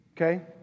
Okay